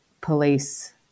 police